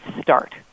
start